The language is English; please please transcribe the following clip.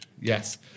yes